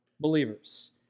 believers